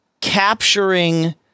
capturing